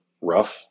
rough